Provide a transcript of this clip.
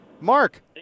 Mark